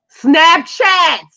snapchat